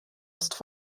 ist